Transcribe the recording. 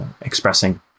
expressing